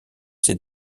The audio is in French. ses